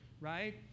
right